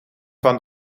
van